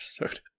episode